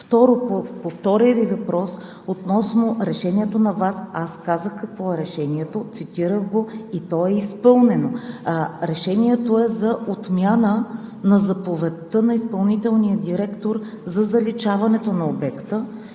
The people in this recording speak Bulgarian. По втория Ви въпрос, относно решението на Върховния административен съд, аз казах какво е решението, цитирах го и то е изпълнено. Решението е за отмяна на заповедта на изпълнителния директор за заличаването на обекта